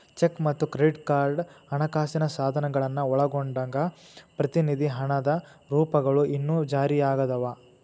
check ಮತ್ತ credit card ಹಣಕಾಸಿನ ಸಾಧನಗಳನ್ನ ಒಳಗೊಂಡಂಗ ಪ್ರತಿನಿಧಿ ಹಣದ ರೂಪಗಳು ಇನ್ನೂ ಜಾರಿಯಾಗದವ